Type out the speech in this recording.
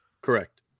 correct